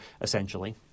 essentially